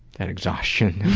that exhaustion,